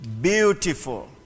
beautiful